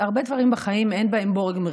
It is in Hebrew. בהרבה דברים בחיים אין בורג מרכזי.